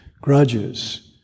grudges